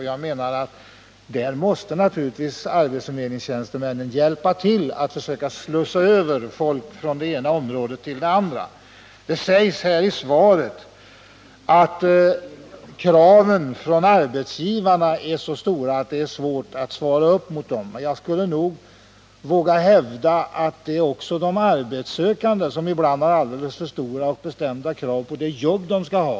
Jag menar att de arbetsförmedlande tjänstemännen där naturligtvis måste hjälpa till att försöka slussa över folk från det ena området till det andra. Det sägs i svaret att kraven från arbetsgivarna är så stora att det är svårt att svara upp mot dem. Jag skulle nog våga hävda att det också är de arbetssökande som ibland har alldeles för stora och bestämda krav på de jobb de skall ha.